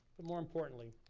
but more importantly,